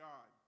God